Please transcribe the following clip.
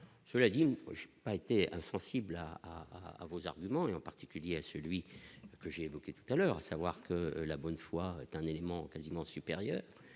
cela dit n'pas été insensible à à à vos arguments, et en particulier à celui que j'évoquais tout à l'heure, à savoir. La bonne foi est un événement quasiment supérieur